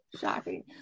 Shocking